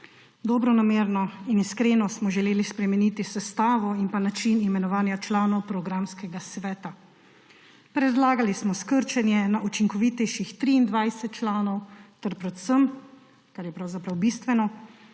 Dobronamerno in iskreno smo želeli spremeniti sestavo in pa način imenovanja članov programskega sveta. Predlagali smo skrčenje na učinkovitejših 23 članov ter predvsem, kar je pravzaprav bistveno,